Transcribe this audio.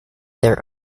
their